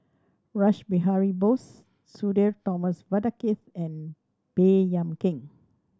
Rash Behari Bose Sudhir Thomas Vadaketh and Baey Yam Keng